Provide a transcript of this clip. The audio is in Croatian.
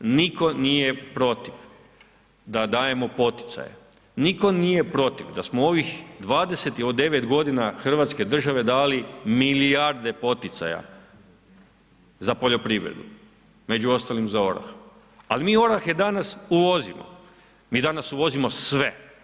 Nitko nije protiv da dajemo poticaje, nitko nije protiv da smo u ovih 29 godina Hrvatske države dali milijarde poticaja za poljoprivredu, među ostalim za orahe, ali mi orahe danas uvozimo, mi danas uvozimo sve.